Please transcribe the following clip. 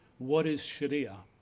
what is sharia?